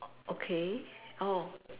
okay oh